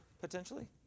potentially